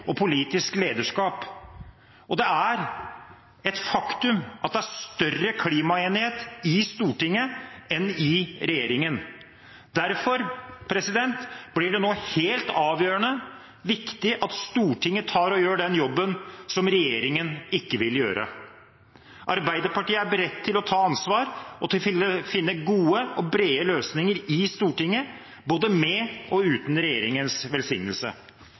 og politisk lederskap, og det er et faktum at det er større klimaenighet i Stortinget enn i regjeringen. Derfor blir det nå helt avgjørende viktig at Stortinget gjør den jobben som regjeringen ikke vil gjøre. Arbeiderpartiet er beredt til å ta ansvar og til å finne gode og brede løsninger i Stortinget både med og uten regjeringens velsignelse.